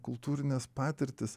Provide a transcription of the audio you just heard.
kultūrines patirtis